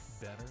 Better